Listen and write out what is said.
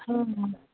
हँ